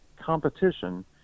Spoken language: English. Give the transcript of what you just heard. competition